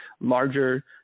larger